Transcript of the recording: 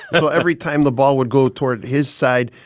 so every time the ball would go toward his side,